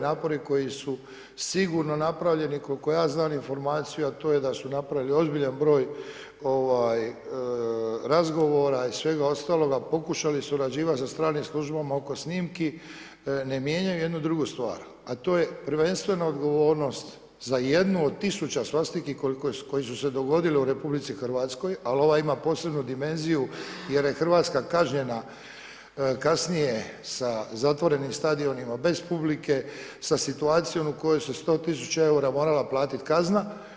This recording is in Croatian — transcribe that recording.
Napori koji su sigurno napravljeni koliko ja znam informaciju, a to je da su napravili ozbiljan broj razgovora i svega ostaloga, pokušali surađivat sa stranim službama oko snimke ne mijenjaju jednu drugu stvar, a to je prvenstveno odgovornost za jednu od tisuća svastiki koji su se dogodili u Republici Hrvatskoj, ali ova ima posebnu dimenziju, jer je Hrvatska kažnjena kasnije sa zatvorenim stadionima bez publike sa situacijom u kojoj se 100 tisuća eura morala platiti kazna.